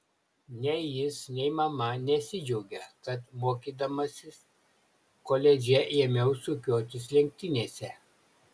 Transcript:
nei jis nei mama nesidžiaugė kai mokydamasis koledže ėmiau sukiotis lenktynėse